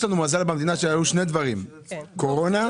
יש לנו מזל במדינה שהיו שלושה דברים: קורונה,